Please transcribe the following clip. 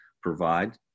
provide